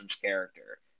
character